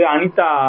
Anita